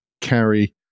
carry